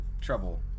Trouble